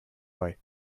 bei